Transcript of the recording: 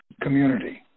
community